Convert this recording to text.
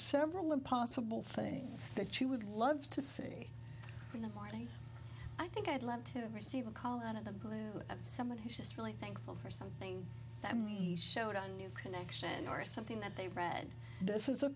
several impossible things that you would love to see in the morning i think i'd love to receive a call out of them by someone who's just really thankful for something that showed on your connection or something that they read this is a